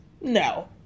No